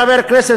כבר ביטלו